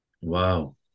Wow